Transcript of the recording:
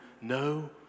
no